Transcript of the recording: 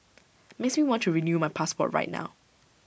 makes me want to renew my passport right now